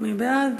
מי בעד?